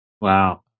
wow